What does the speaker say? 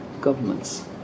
governments